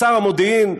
שר המודיעין,